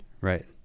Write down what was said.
Right